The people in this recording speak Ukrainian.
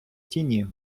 тіні